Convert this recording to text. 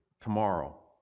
Tomorrow